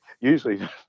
usually